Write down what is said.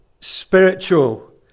spiritual